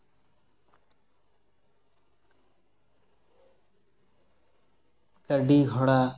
ᱜᱟᱹᱰᱤ ᱜᱷᱚᱲᱟ